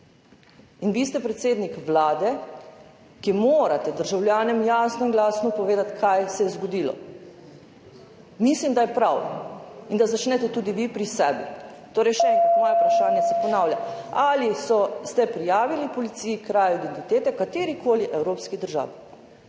Vi ste predsednik Vlade, ki morate državljanom jasno in glasno povedati, kaj se je zgodilo. Mislim, da je prav in da začnete tudi vi pri sebi. Torej še enkrat. Moje vprašanje se ponavlja: Ali ste prijavili krajo identitete policiji v katerikoli evropski državi?